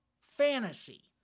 fantasy